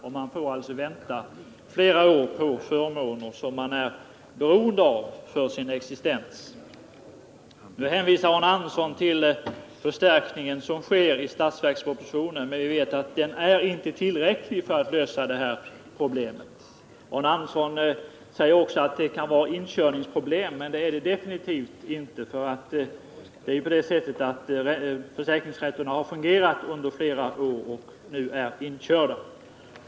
De får vänta flera år på förmåner som de är beroende av för sin existens. Arne Andersson hänvisade till den förstärkning som sker i budgetpropositionen. Men vi vet att den inte är tillräcklig för att lösa detta problem. Arne Andersson sade också att det fortfarande finns inkörningsproblem, men det är inte riktigt. Försäkringsrätterna har ju fungerat under flera år och är nu inkörda.